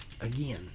again